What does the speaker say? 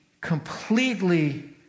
completely